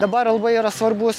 dabar labai yra svarbus